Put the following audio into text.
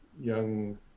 young